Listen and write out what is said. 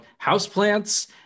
houseplants